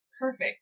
perfect